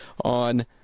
on